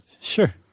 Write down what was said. Sure